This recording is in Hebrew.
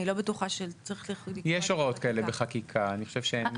אני לא בטוחה שצריך לכתוב את זה.